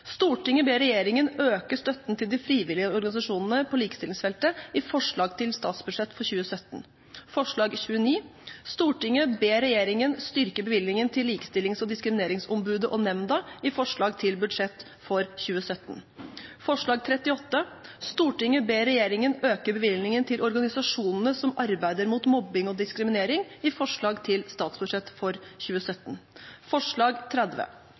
ber regjeringen øke støtten til de frivillige organisasjonene på likestillingsfeltet i forslag til statsbudsjett for 2017.» Forslag nr. 29: «Stortinget ber regjeringen styrke bevilgningen til Likestillings- og diskrimineringsombudet og -nemnda i forslag til budsjett for 2017.» Forslag nr. 38: «Stortinget ber regjeringen øke bevilgningene til organisasjonene som arbeider mot mobbing og diskriminering, i forslag til statsbudsjett for 2017.» Forslag nr. 30: